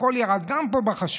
הכול ירד, גם פה בחשמל.